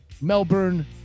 Melbourne